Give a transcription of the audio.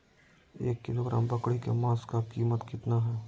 एक किलोग्राम बकरी के मांस का कीमत कितना है?